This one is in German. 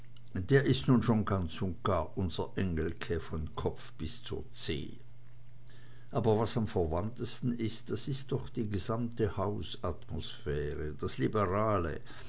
der ist nun schon ganz und gar unser engelke vom kopf bis zur zeh aber was am verwandtesten ist das ist doch die gesamte hausatmosphäre das liberale